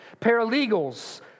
Paralegals